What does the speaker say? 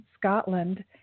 Scotland